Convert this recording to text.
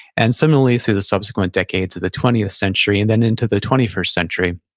and similarly, through the subsequent decades of the twentieth century, and then into the twenty first century,